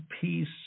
Peace